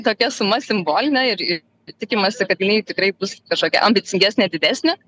tokia suma simbolinė ir ir tikimasi kad jinai tikrai bus kažkokia ambicingesnė didesnė